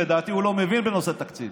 לדעתי הוא לא מבין בנושא תקציב.